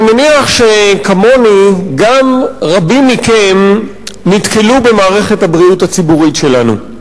אני מניח שכמוני גם רבים מכם נתקלו במערכת הבריאות הציבורית שלנו.